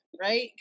right